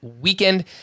weekend